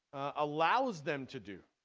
allows them to do